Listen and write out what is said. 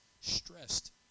stressed